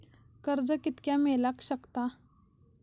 कर्ज कितक्या मेलाक शकता?